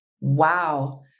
wow